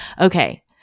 Okay